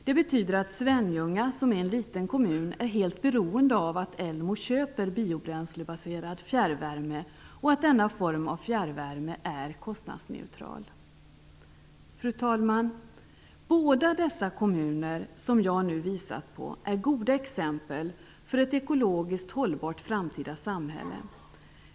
Det betyder att Svenljunga, som är en liten kommun, är helt beroende av att Elmo köper biobränslebaserad fjärrvärme, och att denna form av fjärrvärme är kostnadsneutral. Fru talman! Båda de kommuner som jag nu visat på är goda exempel på ett ekologiskt hållbart framtida samhälle.